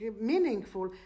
meaningful